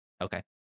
Okay